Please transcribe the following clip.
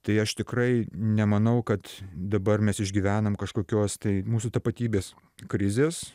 tai aš tikrai nemanau kad dabar mes išgyvenam kažkokios tai mūsų tapatybės krizės